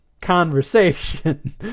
conversation